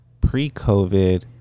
pre-covid